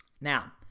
Now